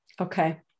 okay